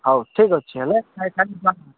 ହଉ ଠିକ୍ ଅଛି ହେଲେ ନାଇଁ